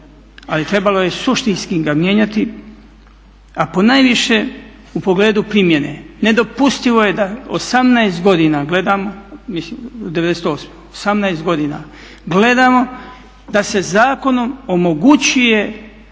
ali trebalo je suštinski ga mijenjati a po najviše u pogledu primjene. Nedopustivo je da 18 godina gledam, mislim od 98., 18 godina gledamo da se zakonom omogućuje